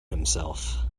himself